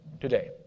today